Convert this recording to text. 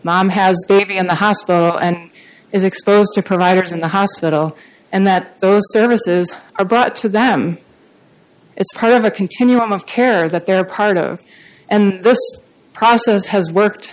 mom has to be in the hospital and is exposed to providers in the hospital and that those services are brought to them it's part of a continuum of care that they're proud of and this process has worked